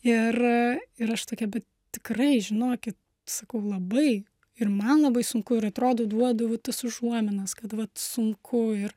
ir ir aš tokia bet tikrai žinokit sakau labai ir man labai sunku ir atrodo duodavau tas užuominas kad vat sunku ir